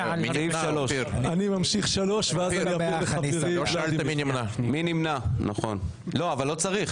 הצבעה בעד 7 נגד 9 נמנעים אין לא אושר.